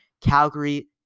Calgary